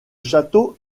château